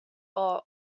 are